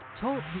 Talk